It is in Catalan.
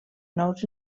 nous